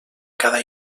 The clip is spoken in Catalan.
cada